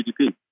GDP